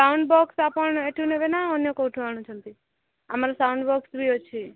sound box ଆପଣ ଏଠୁ ନେବେ ନା ଅନ୍ୟ କେଉଁଠୁ ଆଣୁଛନ୍ତି ଆମର ସାଉଣ୍ଡ ବକ୍ସ ବି ଅଛି